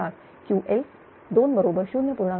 004 QL2 बरोबर 0